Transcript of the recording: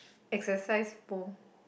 exercise more